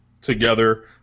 together